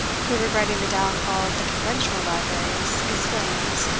who, regretting the downfall of the conventual libraries, exclaims,